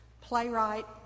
playwright